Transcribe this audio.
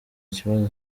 ikibazo